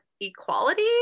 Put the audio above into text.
equality